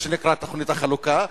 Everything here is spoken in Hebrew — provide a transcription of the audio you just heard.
מה שנקרא "תוכנית החלוקה",